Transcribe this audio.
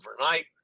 overnight